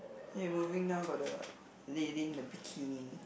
eh moving down got the lady in the bikini